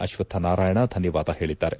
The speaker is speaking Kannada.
ಅಶ್ವಕ್ಥನಾರಾಯಣ ಧನ್ಯವಾದ ಹೇಳಿದ್ದಾರೆ